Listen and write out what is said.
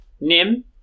Nim